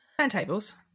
Turntables